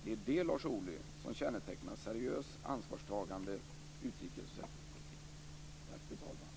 Det är det, Lars Ohly, som kännetecknar seriös, ansvarstagande utrikes och säkerhetspolitik.